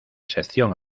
selección